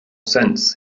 sense